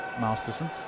Masterson